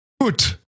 gut